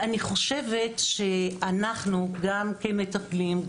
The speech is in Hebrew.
אנחנו גם כמטפלים,